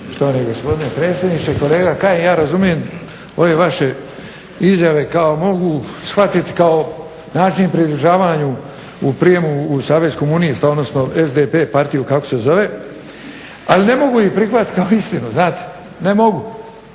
Štovani gospodine predsjedniče, kolega Kajin ja razumijem ove vaše izjave, kao mogu shvatiti kao način pridružavanju u prijem u savez komunista, odnosno SDP partiju kako se zove. Ali ne mogu ih prihvatiti kao istinu, znate, ne mogu.